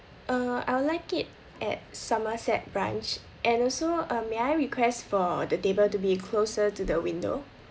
uh I would like it at somerset branch and also uh may I request for the table to be closer to the window